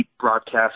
broadcast